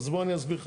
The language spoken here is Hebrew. אז בוא אני אסביר לך.